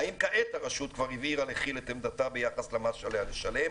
האם כעת הרשות כבר הבהירה לכי"ל את עמדתה ביחס למס שעליה לשלם.